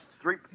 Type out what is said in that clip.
three